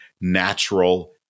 natural